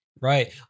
Right